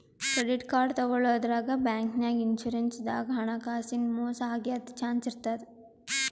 credit card ತಗೋಳಾದ್ರಾಗ್, ಬ್ಯಾಂಕ್ನಾಗ್, insurance ದಾಗ್ ಹಣಕಾಸಿನ್ ಮೋಸ್ ಆಗದ್ ಚಾನ್ಸ್ ಇರ್ತದ್